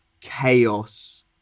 chaos